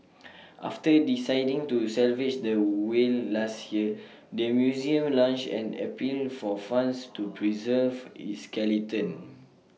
after deciding to salvage the whale last year the museum launched an appeal for funds to preserve its skeleton